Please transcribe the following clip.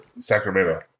Sacramento